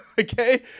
Okay